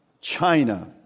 China